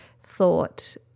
thought